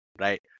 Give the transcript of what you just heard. right